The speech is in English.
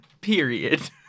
Period